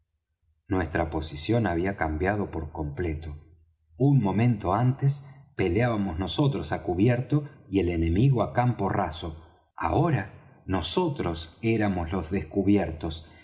nuestra posición había cambiado por completo un momento antes peleábamos nosotros á cubierto y el enemigo á campo raso ahora nosotros éramos los descubiertos